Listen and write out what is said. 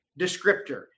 descriptor